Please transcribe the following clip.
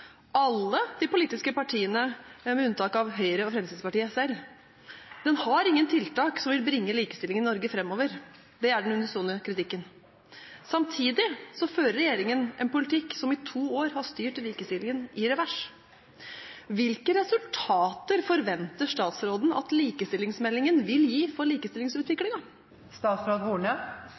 alle politiske partier med unntak av Høyre og Fremskrittspartiet selv. Den har ingen tiltak som vil bringe likestillingen i Norge framover, er den unisone kritikken. Samtidig fører regjeringen en politikk som i to år har styrt likestillingen i revers. Hvilke resultater forventer statsråden at likestillingsmeldingen vil gi for